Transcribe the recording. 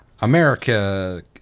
America